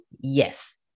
Yes